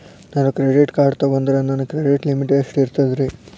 ನಾನು credit card ತೊಗೊಂಡ್ರ ನನ್ನ ಕ್ರೆಡಿಟ್ ಲಿಮಿಟ್ ಎಷ್ಟ ಇರ್ತದ್ರಿ?